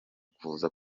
kuza